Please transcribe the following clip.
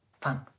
Fun